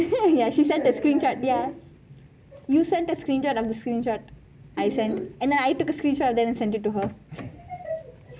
ya you sent a screenshot of the screenshot to you and then I took a screenshot and then I sent it to her